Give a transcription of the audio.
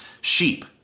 sheep